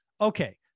Okay